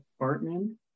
Bartman